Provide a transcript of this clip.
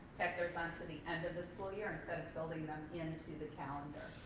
tethers onto the end of the school year instead of building them into the calendar.